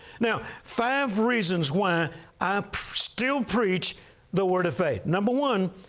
now, five reasons why i still preach the word of faith. number one,